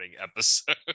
episode